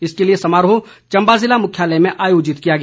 इसके लिए समारोह चम्बा जिला मुख्यालय में आयोजित किया गया